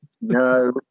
no